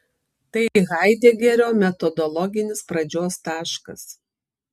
tai haidegerio metodologinis pradžios taškas